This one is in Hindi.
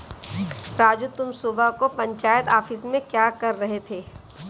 राजू तुम सुबह को पंचायत ऑफिस में क्या कर रहे थे?